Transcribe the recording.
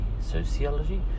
...sociology